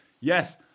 Yes